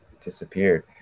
disappeared